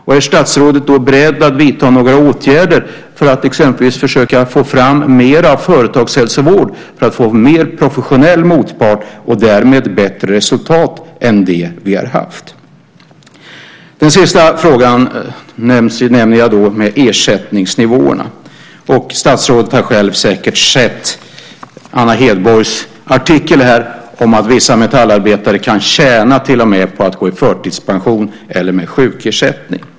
Och är statsrådet då beredd att vidta några åtgärder för att exempelvis försöka få fram mer företagshälsovård för att man ska få en mer professionell motpart och därmed bättre resultat än vi har haft? Min sista fråga handlar om ersättningsnivåerna. Statsrådet har säkert själv sett Anna Hedborgs artikel om att vissa metallarbetare till och med kan tjäna på att gå i förtidspension, alltså få sjukersättning.